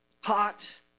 Hot